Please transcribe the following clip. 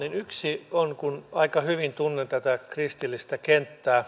yksi on kun aika hyvin tunnen tätä kristillistä kenttää